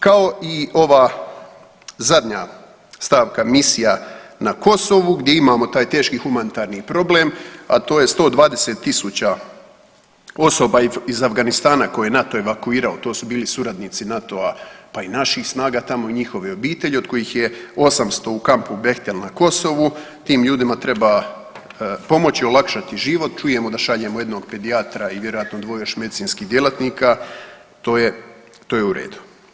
Kao i ova zadnja stavka, misija na Kosovu, gdje imamo taj teški humanitarni problem, a to je 120 tisuća osoba iz Afganistana koje je NATO evakuirao, to su bili suradnici NATO-a, pa i naših snaga tamo i njihove obitelji, od kojih je 800 u kampu Bechtel na Kosovu, tim ljudima treba pomoći, olakšati život, čujemo da šaljemo jednog pedijatra i vjerojatno dvoje još medicinskih djelatnika, to je u redu.